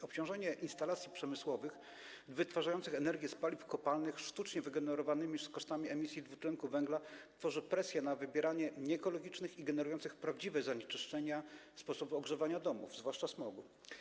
Obciążenie instalacji przemysłowych wytwarzających energię z paliw kopalnych sztucznie wygenerowanymi kosztami emisji dwutlenku węgla tworzy presję na rzecz wybierania nieekologicznych i generujących prawdziwe zanieczyszczenia sposobów ogrzewania domów, zwłaszcza smog.